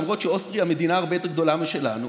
למרות שאוסטריה היא מדינה הרבה יותר גדולה מאיתנו,